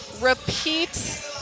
Repeat